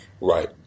Right